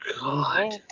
God